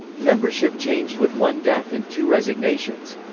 membership changed with one death and two resignations.